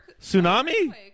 Tsunami